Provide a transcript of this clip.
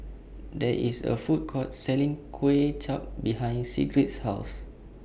There IS A Food Court Selling Kuay Chap behind Sigrid's House